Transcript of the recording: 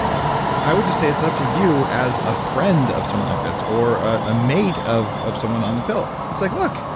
i would just say it's up to you, as a friend of someone like this, or a mate of of someone on the pill. it's like, look,